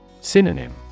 Synonym